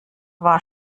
war